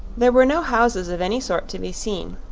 there were no houses of any sort to be seen,